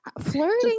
Flirting